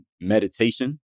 meditation